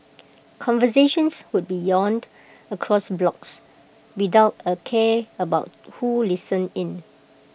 conversations would be yelled across blocks without A care about who listened in